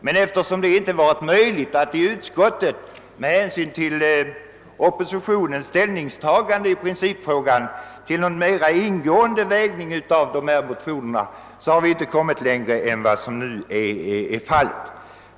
Men eftersom det med hänsyn till oppositionens ställningstagande i principfrågan inte var möjligt att i utskottet göra någon mer ingående avvägning mellan dessa motioner, har vi inte kommit längre.